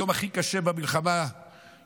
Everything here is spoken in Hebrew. היום הכי קשה במלחמה שקרתה.